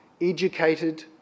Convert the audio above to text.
educated